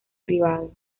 privado